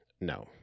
No